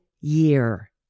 year